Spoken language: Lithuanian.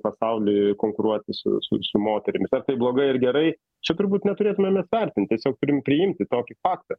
pasaulį konkuruoti su su su moterimis ar tai blogai ar gerai čia turbūt neturėtume mes vertint tiesiog turim priimti tokį faktą